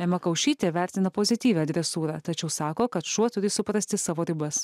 ema kaušytė vertina pozityvią dresūrą tačiau sako kad šuo turi suprasti savo ribas